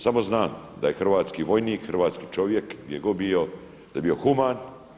Samo znam da je hrvatski vojnik, hrvatski čovjek gdje god bio da je bio human.